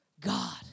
God